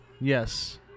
Yes